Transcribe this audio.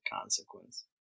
consequence